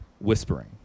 whispering